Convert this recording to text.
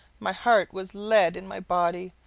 my heart was lead in my body!